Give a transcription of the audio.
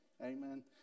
Amen